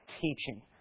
teaching